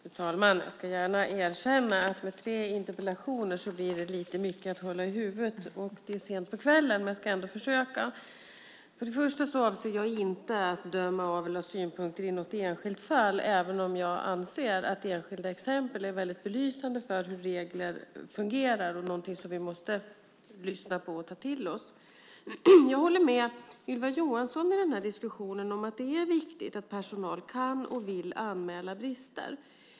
Fru talman! Jag ska gärna erkänna att med tre interpellationer blir det lite mycket att hålla i huvudet, och det är sent på kvällen, men jag ska ändå försöka. Jag avser inte att döma av eller ha synpunkter i något enskilt fall, även om jag anser att enskilda exempel är väldigt belysande för hur regler fungerar och någonting som vi måste lyssna på och ta till oss. Jag håller med Ylva Johansson i diskussionen om att det är viktigt att personal kan och vill anmäla brister.